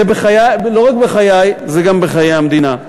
זה לא רק בחיי, זה גם בחיי המדינה.